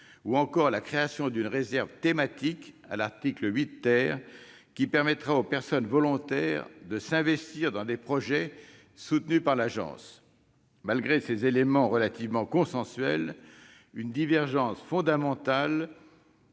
à l'article 8, d'une réserve thématique, qui permettra aux personnes volontaires de s'investir dans des projets soutenus par l'agence. Malgré ces éléments relativement consensuels, une divergence fondamentale